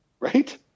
Right